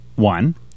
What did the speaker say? One